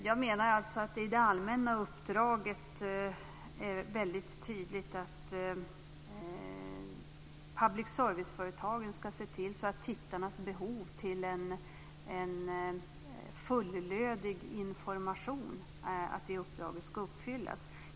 Fru talman! Jag menar att det i det allmänna uppdraget är väldigt tydligt att public service-företagen ska se till att uppdraget om tittarnas behov av fullödig information ska uppfyllas.